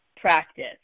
practice